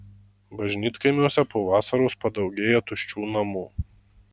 bažnytkaimiuose po vasaros padaugėja tuščių namų